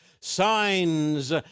signs